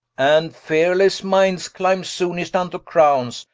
and fearelesse minds clyme soonest vnto crowns.